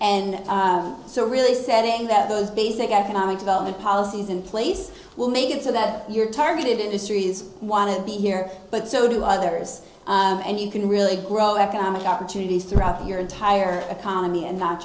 and so really setting that those basic economic development policies in place will make it so that your targeted industries want to be here but so do others and you can really grow economic opportunities throughout your entire economy and not